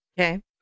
Okay